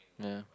ya